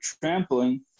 trampling